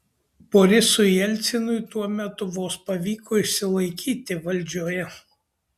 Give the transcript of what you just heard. borisui jelcinui tuo metu vos pavyko išsilaikyti valdžioje